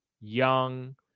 young